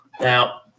Now –